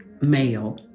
male